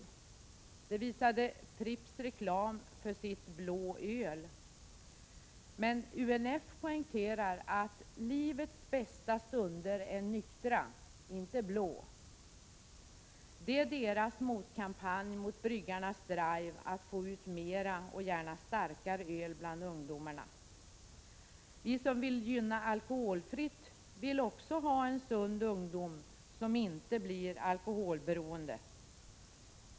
Det visade Pripps reklam för sitt Blå öl. Men UNF poängterar, att livets bästa stunder är nyktra —-inte blå. Det är deras motkampanj mot bryggarnas drive att få ut mer och gärna starkare öl bland ungdomarna. Vi som vill gynna alkoholfritt vill också ha en sund ungdom som inte blir alkoholberoende.